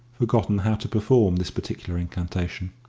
forgotten how to perform this particular incantation.